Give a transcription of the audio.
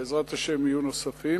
בעזרת השם יהיו נוספים,